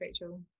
Rachel